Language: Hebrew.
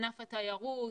ענף התיירות,